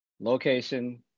location